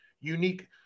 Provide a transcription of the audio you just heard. unique